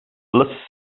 bliss